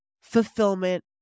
fulfillment